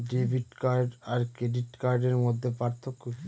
Debit card আর credit কার্ডের মধ্যে পার্থক্য কি?